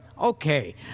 okay